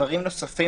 דברים נוספים